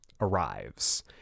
arrives